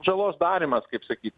žalos darymas kaip sakyt